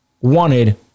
wanted